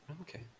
Okay